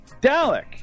Dalek